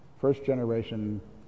first-generation